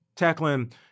tackling